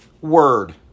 word